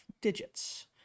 digits